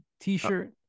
t-shirt